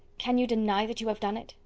can you deny that you have done it?